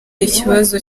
ikibazo